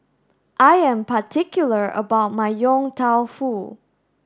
I am particular about my Yong Tau Foo